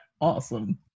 Awesome